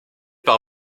par